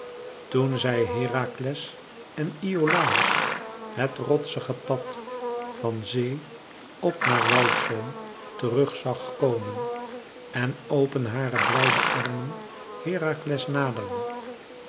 toen zij herakles en iolàos het rotsige pad van zee op naar woudzoom terug zag komen en pen hare blijde armen herakles naderde